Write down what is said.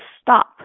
stop